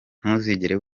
ntuzigere